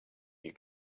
you